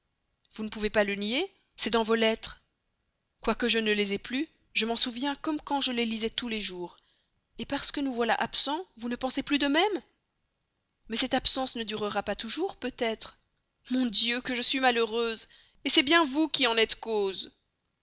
vous ne pouvez pas le nier c'est dans vos lettres quoique je ne les aie plus je m'en souviens comme quand je les lisais tous les jours et parce que nous voilà absents vous ne pensez plus de même mais cette absence là ne durera pas toujours peut-être mon dieu que je suis malheureuse c'est bien vous qui en êtes cause